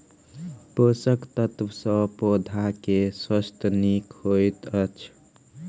पोषक तत्व सॅ पौधा के स्वास्थ्य नीक होइत अछि